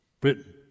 Britain